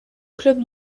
club